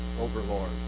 Overlord